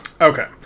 Okay